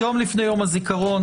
יום לפני יום הזיכרון,